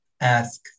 ask